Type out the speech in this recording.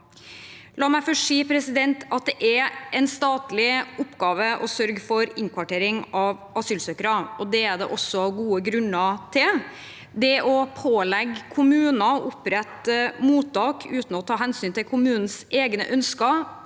La meg først si at det er en statlig oppgave å sørge for innkvartering av asylsøkere, og det er det også gode grunner til. Det å pålegge kommuner å opprette mottak uten å ta hensyn til kommunens egne ønsker,